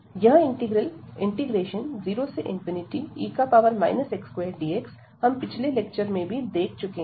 यह integral 0e x2dx हम पिछले लेक्चर में भी देख चुके है